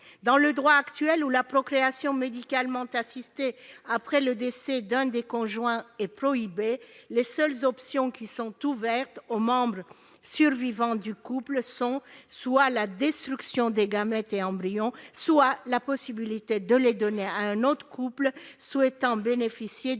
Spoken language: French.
Dans le droit actuel, où la procréation médicalement assistée après le décès d'un des conjoints est prohibée, les seules options ouvertes au membre survivant du couple sont soit la destruction des gamètes et embryons, soit la possibilité de les donner à un autre couple souhaitant bénéficier